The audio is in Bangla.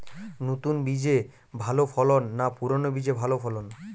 নতুন বীজে ভালো ফলন না পুরানো বীজে ভালো ফলন?